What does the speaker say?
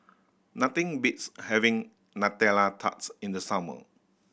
nothing beats having nutella tarts in the summer